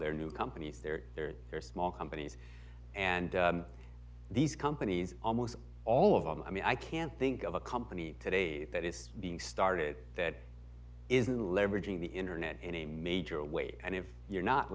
they're new companies they're they're they're small companies and these companies almost all of them i mean i can't think of a company today that is being started that isn't leveraging the internet in a major way and if you're not